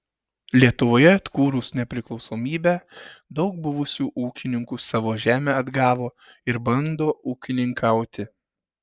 lietuvoje atkūrus nepriklausomybę daug buvusių ūkininkų savo žemę atgavo ir bando ūkininkauti